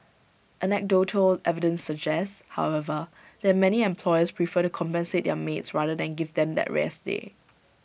anecdotal evidence suggests however that many employers prefer to compensate their maids rather than give them that rest day